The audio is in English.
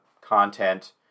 content